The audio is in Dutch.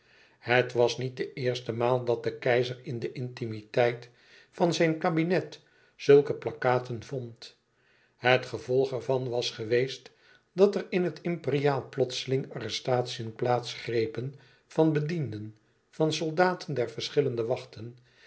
het was niet de eerste maal dat de keizer in de intimiteit van zijn kabinet zulke plakkaten vond het gevolg ervan was geweest dat er in het imperiaal plotselinge arrestatiën plaats grepen van bedienden van soldaten der verschillende wachten